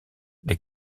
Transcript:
les